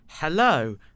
Hello